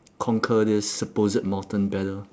conquer this supposed mountain better